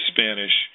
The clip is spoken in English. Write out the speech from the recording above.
Spanish